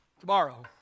tomorrow